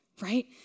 right